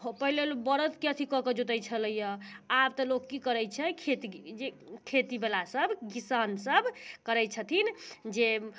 पहिले बरदके अथी कऽ कऽ जोतै छलैहँ आब तऽ लोक की करै छै खेत जे खेतीवला सभ किसान सभ करै छथिन जे